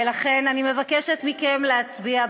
ולכן אני מבקשת מכם להצביע בעד.